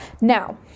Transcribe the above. Now